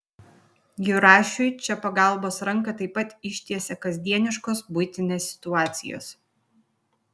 jurašiui čia pagalbos ranką taip pat ištiesia kasdieniškos buitinės situacijos